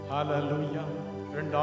Hallelujah